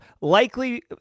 likely